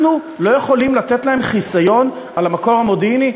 אנחנו לא יכולים לתת להם חיסיון על המקור המודיעיני?